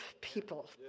people